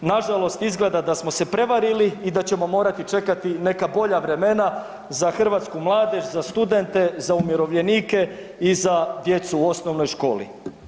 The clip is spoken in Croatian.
Nažalost, izgleda da smo se prevarili i da ćemo morati čekati neka bolja vremena za hrvatsku mladež, za studente, za umirovljenike i za djecu u osnovnoj školi.